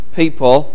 people